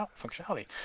functionality